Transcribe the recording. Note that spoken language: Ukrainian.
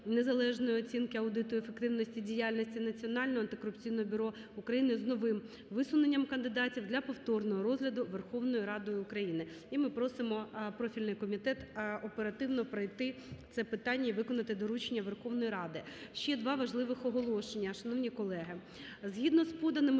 незалежної оцінки (аудиту) ефективності діяльності Національного антикорупційного бюро України з новим висуненням кандидатів для повторного розгляду Верховною Радою України. І ми просимо профільний комітет оперативно пройти це питання і виконати доручення Верховної Ради. Ще два важливих оголошення. Шановні колеги, згідно з поданими